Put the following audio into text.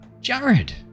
Jared